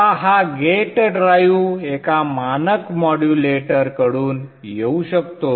आता हा gate drive एका मानक मॉड्युलेटरकडून येऊ शकतो